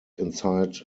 inside